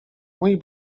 mój